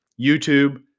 YouTube